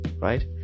right